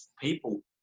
people